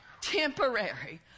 temporary